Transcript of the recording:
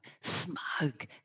smug